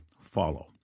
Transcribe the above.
follow